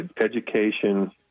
Education